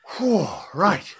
Right